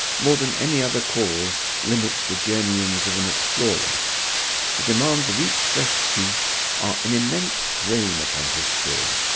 more than any other cause, limits the journeyings of an explorer the demands of each fresh chief are an immense drain upon his store.